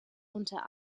unter